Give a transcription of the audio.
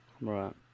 Right